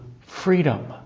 freedom